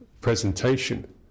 presentation